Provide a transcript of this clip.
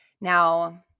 Now